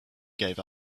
gave